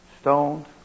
stoned